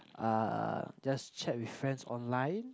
uh just chat with friends online